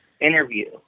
interview